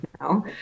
now